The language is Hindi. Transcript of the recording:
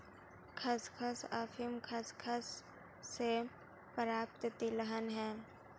खसखस अफीम खसखस से प्राप्त तिलहन है